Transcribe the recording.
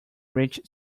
rich